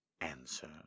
answer